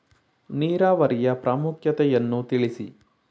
ನೀರಾವರಿಯ ಪ್ರಾಮುಖ್ಯತೆ ಯನ್ನು ತಿಳಿಸಿ?